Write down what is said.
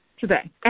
Today